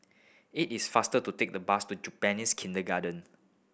it is faster to take the bus to Japanese Kindergarten